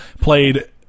played